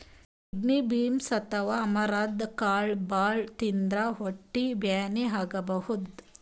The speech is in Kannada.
ಕಿಡ್ನಿ ಬೀನ್ಸ್ ಅಥವಾ ಅಮರಂತ್ ಕಾಳ್ ಭಾಳ್ ತಿಂದ್ರ್ ಹೊಟ್ಟಿ ಬ್ಯಾನಿ ಆಗಬಹುದ್